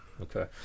okay